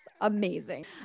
Amazing